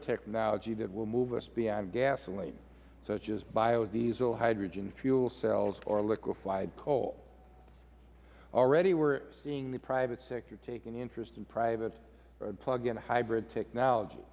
technology that will move us beyond gasoline such as biodiesel hydrogen fuel cells or liquefied coal already we are seeing the private sector taking interest in private or plug in hybrid technology